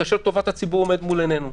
כאשר טובת הציבור עומדת מול עינינו.